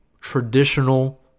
traditional